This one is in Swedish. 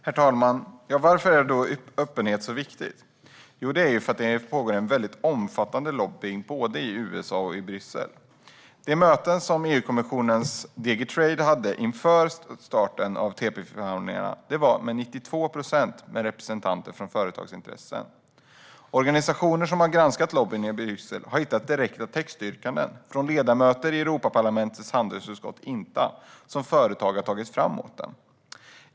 Herr talman! Varför är då öppenhet så viktig? Jo, därför att det pågår en omfattande lobbning både i USA och i Bryssel. De möten som EU-kommissionens DG Trade hade inför starten av TTIP-förhandlingarna hölls till 92 procent med representanter från företagsintressen. Organisationer som har granskat lobbningen i Bryssel har hittat direkta textyrkanden från ledamöter i Europaparlamentets handelsutskott INTA som företag har tagit fram åt dem.